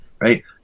right